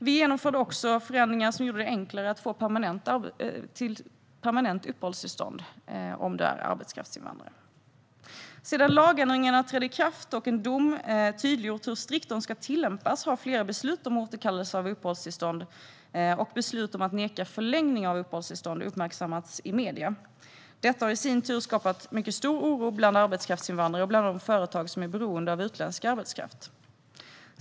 Det genomfördes också förändringar som gjorde det enklare att få permanent uppehållstillstånd för arbetskraftsinvandrare. Sedan lagändringarna trädde i kraft och en dom tydliggjort hur strikt lagarna ska tillämpas har flera beslut om återkallelse av uppehållstillstånd och beslut om att neka förlängning av uppehållstillstånd uppmärksammats i medierna. Detta har i sin tur skapat mycket stor oro bland arbetskraftsinvandrare och i företag som är beroende av utländsk arbetskraft.